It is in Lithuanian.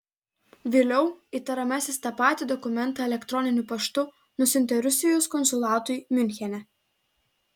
vėliau įtariamasis tą patį dokumentą elektroniniu paštu nusiuntė rusijos konsulatui miunchene